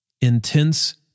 intense